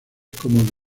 como